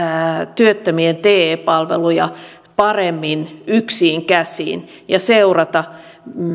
työttömien te palveluja paremmin yksiin käsiin ja seurata